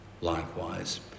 likewise